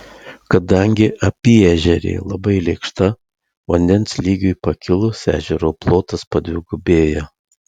kadangi apyežerė labai lėkšta vandens lygiui pakilus ežero plotas padvigubėja